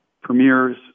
premieres